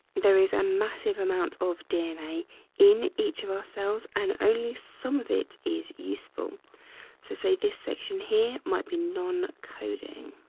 there is a massive amount of dna in each of our cells and only some of it is useful. so say this section here might be non-coding